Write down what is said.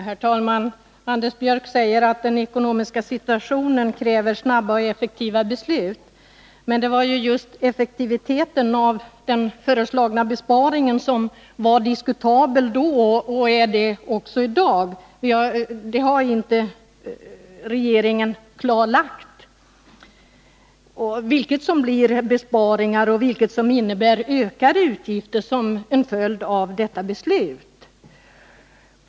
Herr talman! Anders Björck säger att den ekonomiska situationen kräver snabba och effektiva beslut. Men det var just effektiviteten av den föreslagna besparingen som var diskutabel då och är det också i dag. Regeringen har inte klarlagt vilket som blir besparingar och vilket som innebär ökade utgifter som en följd av detta beslut.